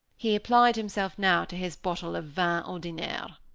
he applied himself now to his bottle of vin ordinaire.